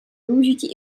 využití